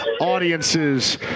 audiences